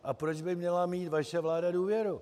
A proč by měla mít vaše vláda důvěru?